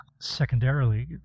Secondarily